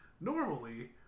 Normally